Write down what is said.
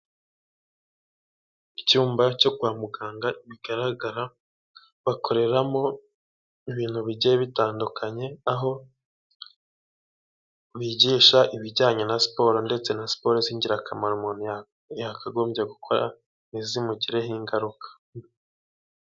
Icyumba cyo kwa muganga, bigaragara, bakoreramo ibintu bigiye bitandukanye, aho bigisha ibijyanye na siporo, ndetse na siporo z'ingirakamaro umuntu yakagombye gukora, ntizimugireho ingaruka.